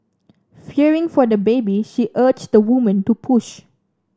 fearing for the baby she urged the woman to push